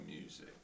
music